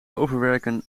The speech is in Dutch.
overwerken